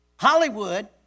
Hollywood